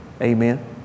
Amen